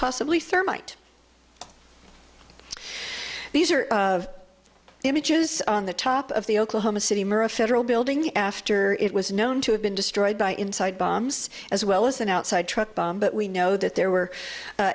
possibly thermite these are images on the top of the oklahoma city federal building after it was known to have been destroyed by inside bombs as well as an outside truck bomb but we know that there were